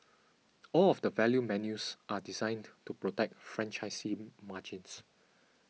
all of the value menus are designed to protect franchisee margins